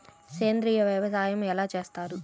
సేంద్రీయ వ్యవసాయం ఎలా చేస్తారు?